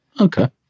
Okay